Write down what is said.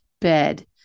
bed